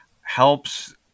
helps